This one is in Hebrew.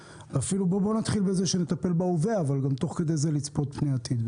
בואו נתחיל בזה שנטפל בהווה אבל גם תוך כדי זה נצפה פני עתיד.